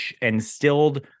instilled